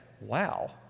wow